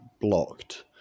blocked